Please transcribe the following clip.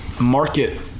market